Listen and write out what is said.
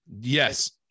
Yes